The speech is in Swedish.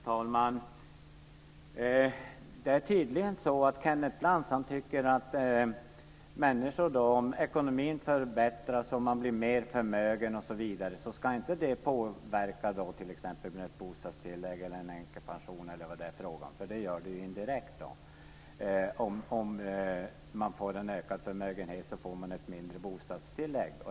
Fru talman! Tydligen tycker Kenneth Lantz att om människors ekonomi förbättras och de blir mer förmögna osv. så ska det inte påverka t.ex. bostadstillägg, änkepension, osv., vilket det indirekt gör - om man får en ökad förmögenhet får man ett mindre bostadstillägg.